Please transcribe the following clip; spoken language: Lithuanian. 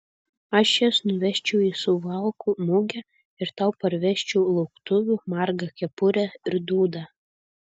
aš jas nuvežčiau į suvalkų mugę ir tau parvežčiau lauktuvių margą kepurę ir dūdą